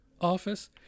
office